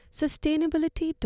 sustainability